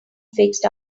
fixed